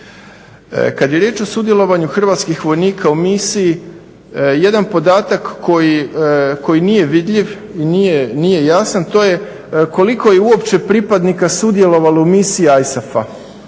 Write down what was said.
Kad je riječ o sudjelovanju hrvatskih vojnika u misiji jedan podatak koji nije vidljiv i nije jasan to je koliko je uopće pripadnika sudjelovalo u misiji ISAF-a?